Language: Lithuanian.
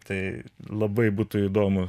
tai labai būtų įdomu